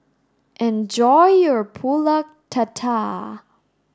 enjoy your Pulut Tatal